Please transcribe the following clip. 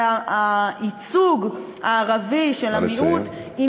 הייצוג הערבי של המיעוט,